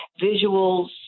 visuals